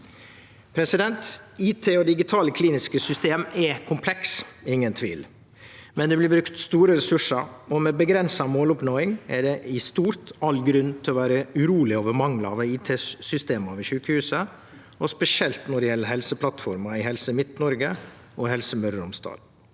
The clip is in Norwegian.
nådd. IT og digitale kliniske system er komplekse, det er det ingen tvil om, men det blir brukt store ressursar, og med avgrensa måloppnåing er det i stort all grunn til å vere urolege over manglar ved IT-systema ved sjukehusa, og spesielt når det gjeld Helseplattforma i Helse Midt-Noreg og i Helse Møre og Romsdal.